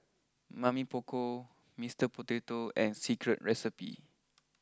Mamy Poko Mr Potato and Secret Recipe